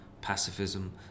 pacifism